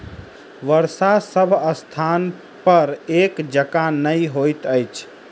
वर्षा सभ स्थानपर एक जकाँ नहि होइत अछि